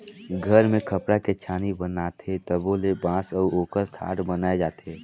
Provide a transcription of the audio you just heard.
घर मे खपरा के छानी बनाथे तबो ले बांस अउ ओकर ठाठ बनाये जाथे